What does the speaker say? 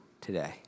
today